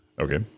Okay